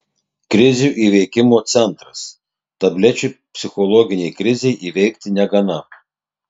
krizių įveikimo centras tablečių psichologinei krizei įveikti negana